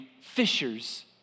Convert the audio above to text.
fishers